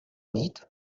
být